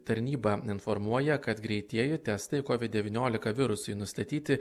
tarnyba informuoja kad greitieji testai covid devyniolika virusui nustatyti